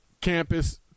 campus